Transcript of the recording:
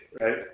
Right